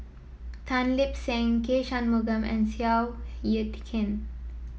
Tan Lip Seng K Shanmugam and Seow Yit Kin